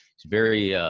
it's very, ah